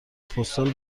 پستال